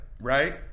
Right